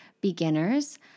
Beginners